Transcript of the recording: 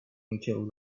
until